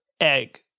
Egg